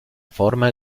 forma